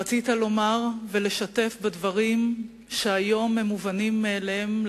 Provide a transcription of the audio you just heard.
רצית לומר ולשתף בדברים שהיום הם מובנים מאליהם,